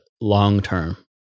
long-term